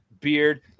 beard